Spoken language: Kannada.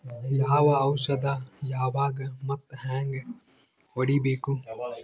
ಯಾವ ಔಷದ ಯಾವಾಗ ಮತ್ ಹ್ಯಾಂಗ್ ಹೊಡಿಬೇಕು?